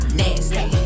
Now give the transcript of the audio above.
nasty